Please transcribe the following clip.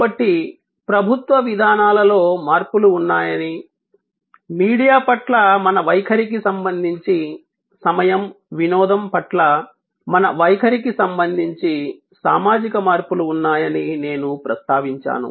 కాబట్టి ప్రభుత్వ విధానాలలో మార్పులు ఉన్నాయని మీడియా పట్ల మన వైఖరికి సంబంధించి సమయం వినోదం పట్ల మన వైఖరికి సంబంధించి సామాజిక మార్పులు ఉన్నాయని నేను ప్రస్తావించాను